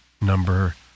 number